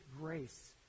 grace